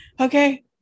okay